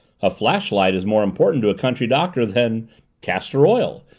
a flashlight is more important to a country doctor than castor oil,